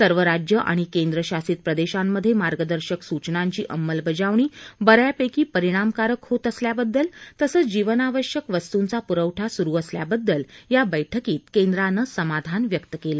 सर्व राज्य आणि केंद्रशासित प्रदेशांमध्ये मार्गदर्शक सूचनांची अंमलबजावणी बऱ्यापैकी परिणामकारक होत असल्याबद्दल तसच जीवनावश्यक वस्तूंचा पुरवठा सुरु असल्याबद्दल या बैठकीत केंद्रानं समाधान व्यक्त केलं